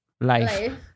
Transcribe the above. life